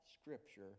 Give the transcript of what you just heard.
scripture